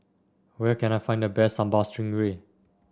where can I find the best Sambal Stingray